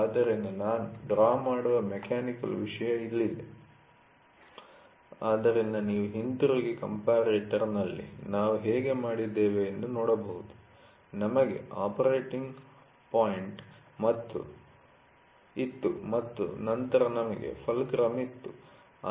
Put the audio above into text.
ಆದ್ದರಿಂದ ನಾನು ಡ್ರಾ ಮಾಡುವ ಮೆಕ್ಯಾನಿಕಲ್ ವಿಷಯ ಇಲ್ಲಿದೆ ಆದ್ದರಿಂದ ನೀವು ಹಿಂತಿರುಗಿ ಕಂಪರೇಟರ್'ನಲ್ಲಿ ನಾವು ಹೇಗೆ ಮಾಡಿದ್ದೇವೆ ಎಂದು ನೋಡಬಹುದು ನಮಗೆ ಆಪರೇಟಿಂಗ್ ಪಾಯಿಂಟ್ ಇತ್ತು ಮತ್ತು ನಂತರ ನಮಗೆ ಫಲ್ಕ್ರಮ್ ಇತ್ತು